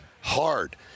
hard